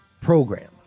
program